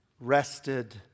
rested